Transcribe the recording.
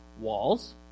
walls